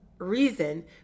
reason